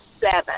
seven